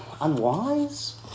unwise